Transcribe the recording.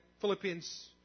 Philippians